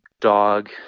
dog